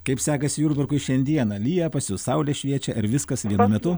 kaip sekasi jurbarkui šiandieną lyja pas jus saulė šviečia ir viskas vienu metu